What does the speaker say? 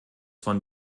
von